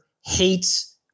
hates